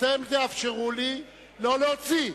תאפשרו לי לא להוציא.